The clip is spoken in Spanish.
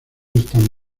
están